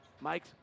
Mike